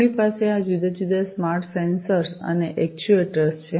આપણી પાસે આ જુદા જુદા સ્માર્ટ સેન્સર્સ અને એક્યુચ્યુએટર્સ છે